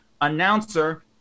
announcer